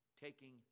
taking